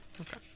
Okay